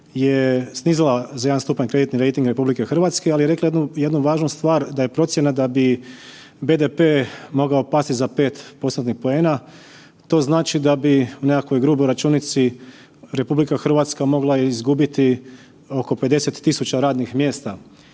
je snizila za 1 stupanj kreditni rejting RH, ali je rekla jednu važnu stvar, da je procjena da bi BDP mogao pasti za 5%-nih poena, to znači da bi u nekakvoj gruboj računici RH mogla izgubiti oko 50.000 radnih mjesta